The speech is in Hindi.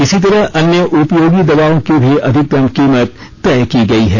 इसी तरह अन्य उपयोगी दवाओं की भी अधिकतम कीमत तय की गई है